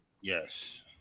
Yes